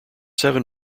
seven